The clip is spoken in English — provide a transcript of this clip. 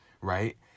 right